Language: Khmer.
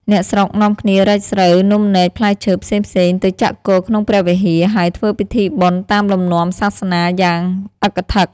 អ្នកស្រុក នាំគ្នារែកស្រូវនំនែកផ្លែឈើ ផ្សេងៗ ទៅចាក់គរក្នុងព្រះវិហារ ហើយធ្វើពិធីបុណ្យតាមលំនាំសាសនា យ៉ាងអ៊ឹកធឹក ។